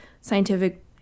scientific